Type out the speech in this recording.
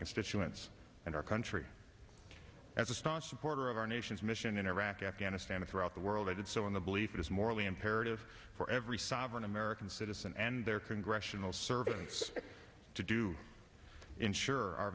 constituents and our country as a staunch supporter of our nation's mission in iraq afghanistan and throughout the world i did so in the belief it is morally imperative for every sovereign american citizen and their congressional servants to do ensure our